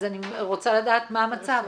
אני רוצה לדעת מה המצב.